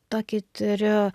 tokį turiu